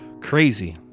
Crazy